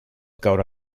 caure